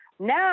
now